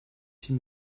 sie